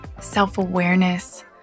self-awareness